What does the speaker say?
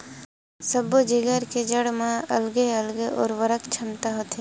सब्बो जिगर के जड़ म अलगे अलगे उरवरक छमता होथे